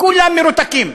כולם מרותקים.